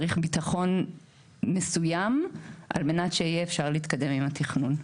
צריך ביטחון מסוים על מנת שיהיה אפשר להתקדם עם התכנון.